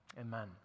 amen